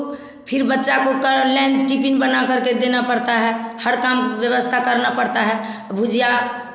फिर बच्चा को कर ऑनलाइन टिफिन बनाकर के देना पड़ता है हर काम व्यवस्था करना पड़ता है भुजिया